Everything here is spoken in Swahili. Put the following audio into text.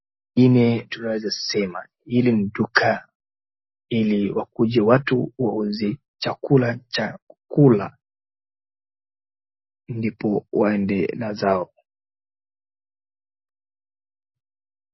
Pengine tunaweza sema, hili ni duka ili wakuje watu wauze chakula cha kukula ndipo waende na zao.